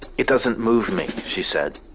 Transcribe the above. it doesn't move me, she said.